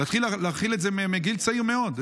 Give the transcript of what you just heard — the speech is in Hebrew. להנחיל את זה מגיל צעיר מאוד,